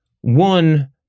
One